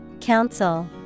Council